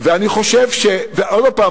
עוד פעם,